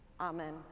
Amen